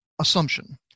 assumption